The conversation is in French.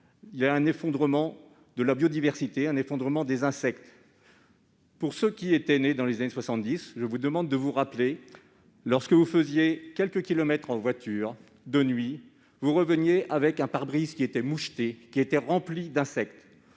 un effondrement de la biodiversité et du nombre d'insectes. Pour ceux qui étaient nés dans les années 1970, je vous demande de vous rappeler que, lorsque vous rouliez quelques kilomètres en voiture de nuit, vous reveniez avec un pare-brise moucheté, rempli d'insectes